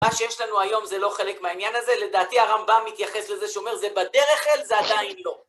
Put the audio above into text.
מה שיש לנו היום זה לא חלק מהעניין הזה, לדעתי הרמב״ם מתייחס לזה, שאומר, זה בדרך אל, זה עדיין לא.